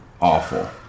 awful